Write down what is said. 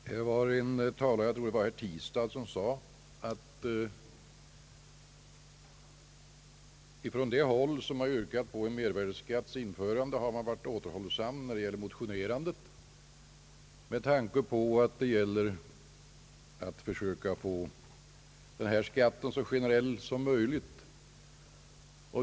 Herr talman! Jag tror det var herr Tistad som nämnde att man från den sida som yrkat på mervärdeskattens införande varit återhållsam i fråga om motioner, emedan man vill försöka få denna skatt så generell som möjligt.